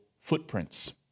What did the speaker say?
Footprints